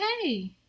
okay